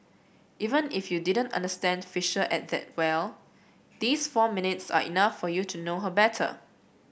even if you didn't understand Fisher at that well these four minutes are enough for you to know her better